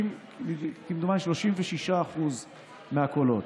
כמדומני, 36% מהקולות.